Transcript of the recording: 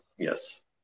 Yes